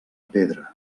pedra